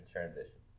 transition